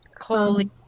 Holy